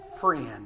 friend